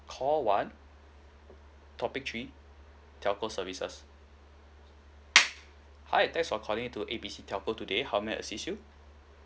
call one topic three telco services hi thanks for calling to A B C telco today how may I assist you